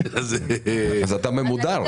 אתה ממודר.